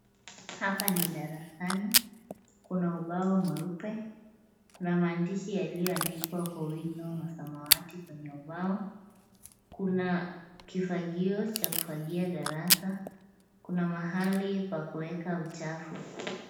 Hapa ni darasani, kuna ubao mweupe, kuna maandishi yaliyoandikwa kwa wino wa samawati kwenye ubao. Kuna kifagio cha kufagia darasa, kuna mahali pa kuweka uchafu.